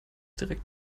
direkt